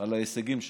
על ההישגים שלו,